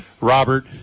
Robert